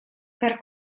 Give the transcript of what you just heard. per